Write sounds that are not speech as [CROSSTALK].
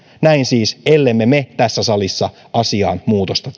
näin siis ellemme me tässä salissa asiaan muutosta [UNINTELLIGIBLE]